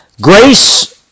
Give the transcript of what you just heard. grace